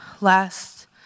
last